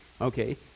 okay